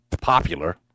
popular